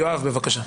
יואב, בבקשה.